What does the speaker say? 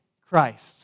Christ